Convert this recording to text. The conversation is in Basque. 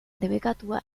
debekatua